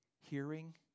hearing